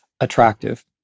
attractive